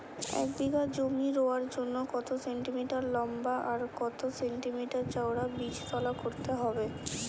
এক বিঘা জমি রোয়ার জন্য কত সেন্টিমিটার লম্বা আর কত সেন্টিমিটার চওড়া বীজতলা করতে হবে?